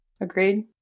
Agreed